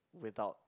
without